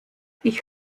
ich